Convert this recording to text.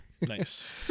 Nice